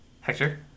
Hector